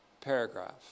paragraph